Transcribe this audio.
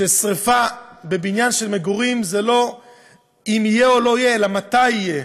ששרפה בבניין של מגורים זה לא "אם יהיה או לא יהיה" אלא "מתי יהיה",